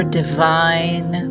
divine